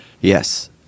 Yes